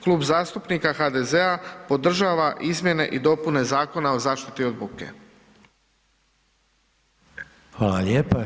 Klub zastupnika HDZ-a podržava izmjene i dopune Zakona o zaštiti od buke.